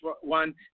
one